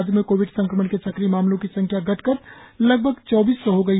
राज्य में कोविड संक्रमण के सक्रिय मामलों की संख्या घटकर लगभग चौबीस सौ रह गई है